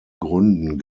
gründen